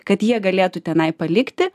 kad jie galėtų tenai palikti